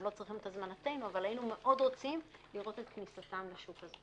הם לא צריכים את הזמנתנו לראות את כניסתם לשוק הזה.